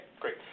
great